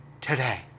today